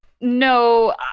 no